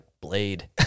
Blade